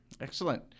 Excellent